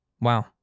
Wow